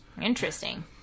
Interesting